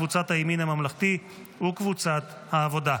קבוצת סיעת הימין הממלכתי וקבוצת סיעת העבודה.